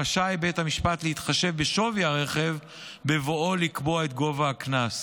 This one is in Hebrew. רשאי בית המשפט להתחשב בשווי הרכב בבואו לקבוע את גובה הקנס.